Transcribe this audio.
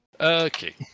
Okay